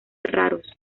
raros